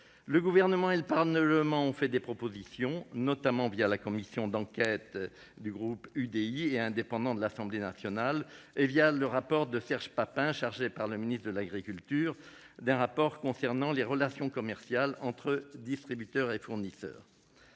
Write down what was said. Le Gouvernement et le Parlement ont fait des propositions, notamment la commission d'enquête du groupe UDI et indépendants de l'Assemblée nationale ou le travail de Serge Papin, chargé par le ministre de l'agriculture et de l'alimentation d'un rapport concernant les relations commerciales entre les distributeurs et leurs fournisseurs.